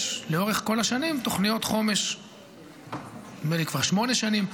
יש לאורך כל השנים תוכניות חומש נדמה לי שכבר שמונה שנים,